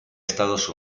estados